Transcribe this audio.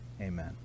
Amen